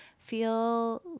feel